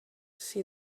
see